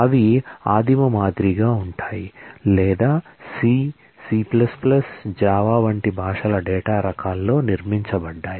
కాబట్టి అవి ఆదిమ మాదిరిగా ఉంటాయి లేదా సిసి జావా వంటి భాషల డేటా రకాల్లో నిర్మించబడ్డాయి